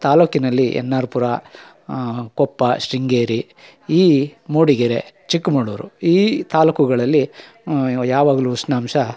ತಾಲೂಕಿನಲ್ಲಿ ಎನ್ನಾರ್ಪುರ ಕೊಪ್ಪ ಶೃಂಗೇರಿ ಈ ಮೂಡಿಗೆರೆ ಚಿಕ್ಕಮಗ್ಳೂರು ಈ ತಾಲೂಕುಗಳಲ್ಲಿ ಯಾವಾಗಲು ಉಷ್ಣಾಂಶ